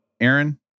Aaron